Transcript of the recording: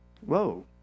Whoa